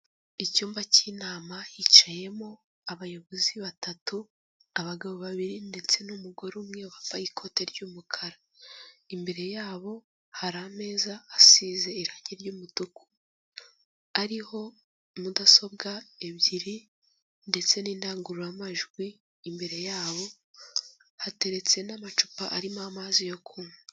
Icyumba cy'inama hicayemo abayobozi batatu, abagabo babiri ndetse n'umugore umwe wambaye ikote ry'umukara. Imbere yabo hari ameza asize irange ry'umutuku, ariho mudasobwa ebyiri ndetse n'indangururamajwi imbere yabo hateretse n'amacupa arimo amazi yo kunywa.